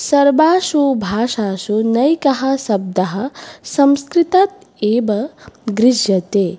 सर्वासु भाषासु नैके शब्दाः संस्कृतात् एव गृह्यन्ते